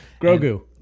Grogu